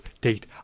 date